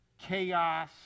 chaos